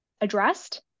addressed